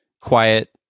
quiet